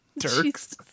Turks